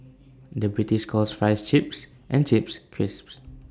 the British calls Fries Chips and Chips Crisps